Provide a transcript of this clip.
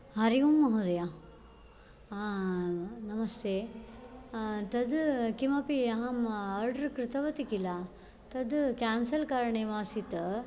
हरि ओम् महोदय नमस्ते तद् अहं किमपि ओर्डर् कृतवती किल तद् केन्सल् करणीयमासीत्